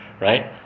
right